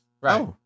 Right